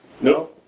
No